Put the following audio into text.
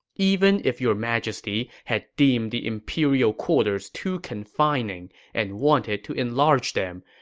even if your majesty had deemed the imperial quarters too confining and wanted to enlarge them,